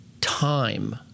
time